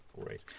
great